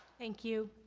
thank you.